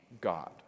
God